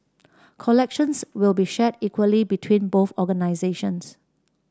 collections will be shared equally between both organisations